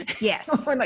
Yes